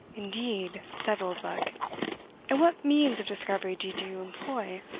indeed! said oldbuck and what means of discovery did you employ?